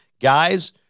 Guys